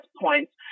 points